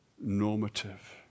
normative